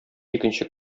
икенче